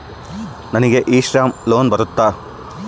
ನನಗೆ e Shram loan ಬರುತ್ತಾ?